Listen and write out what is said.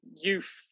youth